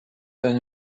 eine